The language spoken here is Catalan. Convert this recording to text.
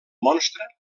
monstre